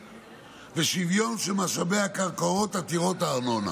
ושוויון של משאבי הקרקעות עתירות הארנונה.